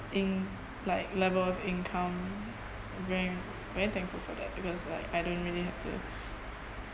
in~ like level of income very very thankful for that because like I don't really have to